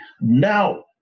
Now